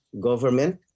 government